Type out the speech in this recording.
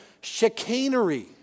chicanery